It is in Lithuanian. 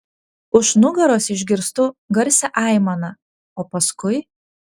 už nugaros išgirstu garsią aimaną o paskui